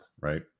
right